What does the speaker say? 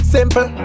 Simple